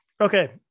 okay